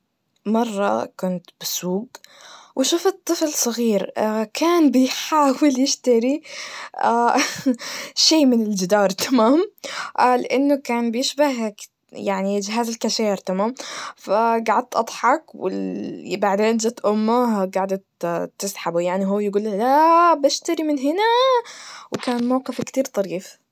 مرة كنت بالسوق, وشفت طفل صغير, كان بيحاول يشتري شي من الجدار, تمام؟ قال إنه كان بيشبه يعني جهاز الكاشير, تمام؟ فجعدت أضحك, والل- بعدين جت أمه جعدت تسحبه يعني, ويقول لها لااا بشتري من هناااا, وكان موقف كتير طريف.